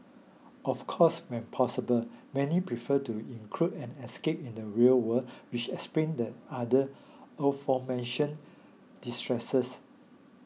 of course when possible many prefer to include an escape in the real world which explains the other aforementioned distresses